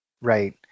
right